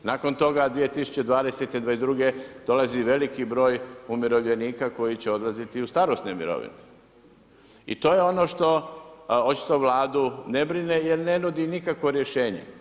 Nakon toga 2020.-2022. dolazi veliki broj umirovljenika koji će odlaziti u starosne mirovine i to je ono što očito Vladu ne brine jer ne nudi nikakvo rješenje.